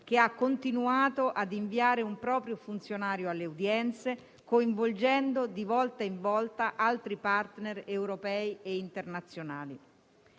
che ha continuato a inviare un proprio funzionario alle udienze, coinvolgendo di volta in volta altri *partner* europei e internazionali.